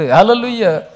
Hallelujah